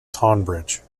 tonbridge